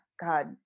God